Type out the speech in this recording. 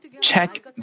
check